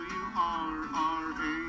wrra